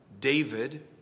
David